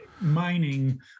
mining